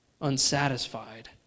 unsatisfied